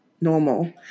normal